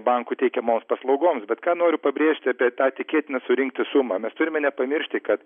bankų teikiamoms paslaugoms bet ką noriu pabrėžti apie tą tikėtiną surinkti sumą mes turime nepamiršti kad